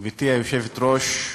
גברתי היושבת-ראש,